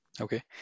Okay